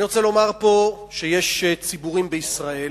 אני רוצה לומר פה שיש ציבורים בישראל